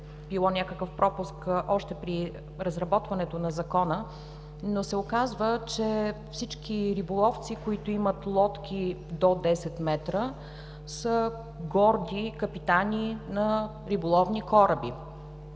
било някакъв пропуск още при разработването на закона. Оказва се, че всички риболовци, които имат лодки до 10 метра, са горди капитани на риболовни кораби.